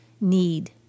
need